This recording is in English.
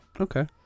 Okay